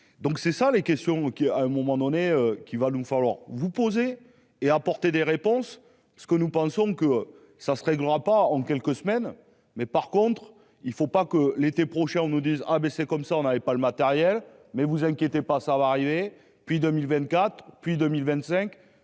Donc c'est ça les questions qui à un moment donné qu'il va donc falloir vous poser et apporter des réponses. Ce que nous pensons que ça se réglera pas en quelques semaines. Mais par contre il ne faut pas que l'été prochain on nous dise ah comme ça, on n'avait pas le matériel mais vous inquiétez pas, ça va arriver, puis 2024 puis 2025